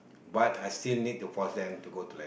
but I still need to force them to go to like